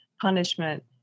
punishment